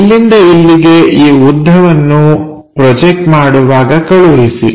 ಇಲ್ಲಿಂದ ಇಲ್ಲಿಗೆ ಈ ಉದ್ದವನ್ನು ಪ್ರೊಜೆಕ್ಟ್ ಮಾಡುವಾಗ ಕಳುಹಿಸಿ